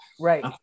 Right